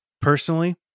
Personally